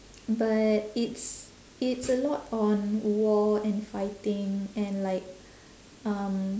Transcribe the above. but it's it's a lot on war and fighting and like um